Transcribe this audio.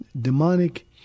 demonic